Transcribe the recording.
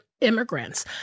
immigrants